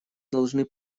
должны